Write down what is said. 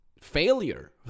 failure